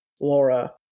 Laura